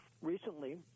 recently